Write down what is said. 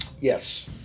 Yes